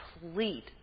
complete